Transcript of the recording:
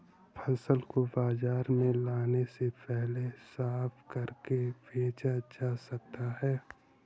फसल को बाजार में लाने से पहले साफ करके बेचा जा सकता है?